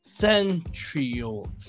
Centrioles